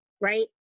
right